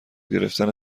گرفتن